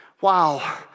Wow